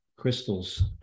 Crystal's